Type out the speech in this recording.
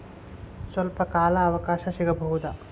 ಸ್ವಲ್ಪ ಕಾಲ ಅವಕಾಶ ಸಿಗಬಹುದಾ?